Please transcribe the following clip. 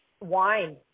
Wine